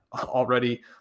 already